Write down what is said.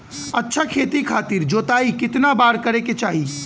अच्छा खेती खातिर जोताई कितना बार करे के चाही?